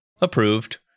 Approved